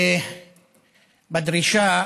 בדרישה